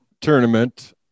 tournament